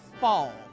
fall